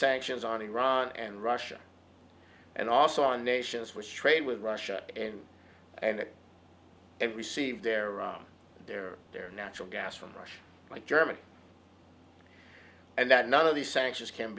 sanctions on iran and russia and also on nations which trade with russia and every seat of their own their their natural gas from russia like germany and that none of these sanctions can